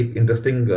interesting